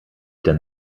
denn